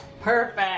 Perfect